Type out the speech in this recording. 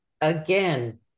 again